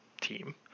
team